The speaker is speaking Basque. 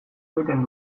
egiten